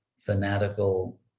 fanatical